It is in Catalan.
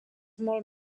molt